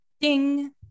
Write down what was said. ding